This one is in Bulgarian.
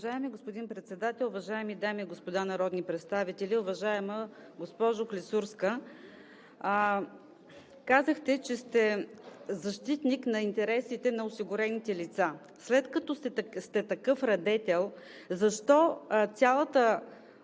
Уважаеми господин Председател, уважаеми дами и господа народни представители! Уважаема госпожо Клисурска, казахте, че сте защитник на интересите на осигурените лица. След като сте такъв радетел, защо цялата